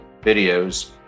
videos